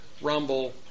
Rumble